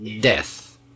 death